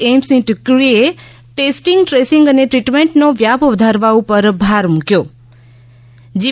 એઈમ્સની ટુકડી એ testing tracing અને ટ્રીટમેન્ટનો વ્યાપ વધારવા ઉપર ભાર મૂક્યો જી